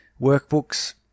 workbooks